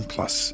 Plus